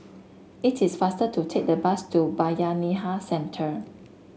it is faster to take the bus to Bayanihan Centre